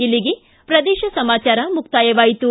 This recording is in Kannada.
ಇಲ್ಲಿಗೆ ಪ್ರದೇಶ ಸಮಾಚಾರ ಮುಕ್ತಾಯವಾಯಿತು